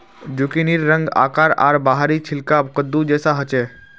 जुकिनीर रंग, आकार आर बाहरी छिलका कद्दू जैसा ह छे